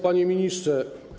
Panie Ministrze!